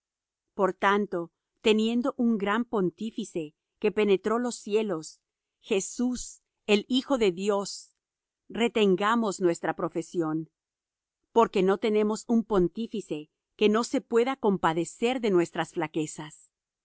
por tanto teniendo un gran pontífice que penetró los cielos jesús el hijo de dios retengamos nuestra profesión porque no tenemos un pontífice que no se pueda compadecer de nuestras flaquezas